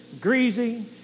greasy